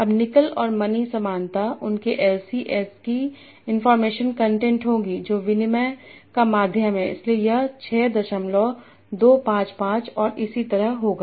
अब निकल और मनी समानता उनके एलसी एस की इनफार्मेशन कंटेंट होगी जो विनिमय का माध्यम है इसलिए यह 6255 और इसी तरह होगा